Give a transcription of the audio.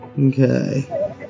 Okay